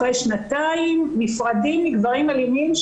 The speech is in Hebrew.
שנתיים נפרדים מגברים אלימים,